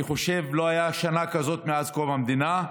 אני חושב שלא הייתה שנה כזאת מאז קום המדינה.